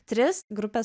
tris grupės